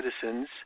citizens